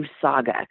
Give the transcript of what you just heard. saga